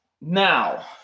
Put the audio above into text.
now